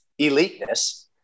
eliteness